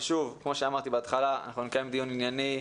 כמו שאמרתי בהתחלה, אנחנו נקיים דיון ענייני,